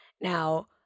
Now